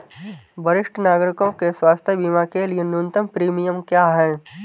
वरिष्ठ नागरिकों के स्वास्थ्य बीमा के लिए न्यूनतम प्रीमियम क्या है?